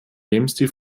lebensstil